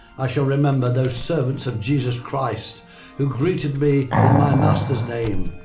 i shall remember those servants of jesus christ who greeted me in my master's name,